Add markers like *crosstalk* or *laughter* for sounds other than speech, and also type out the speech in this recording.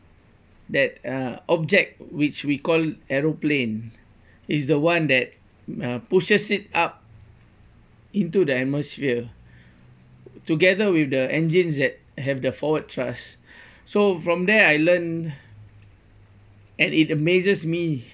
that uh object which we call aeroplane is the one that uh pushes it up into the atmosphere together with the engines that have the forward thrust *breath* so from there l learned and it amazes me